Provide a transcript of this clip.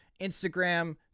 Instagram